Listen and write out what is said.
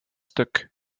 stuk